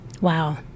Wow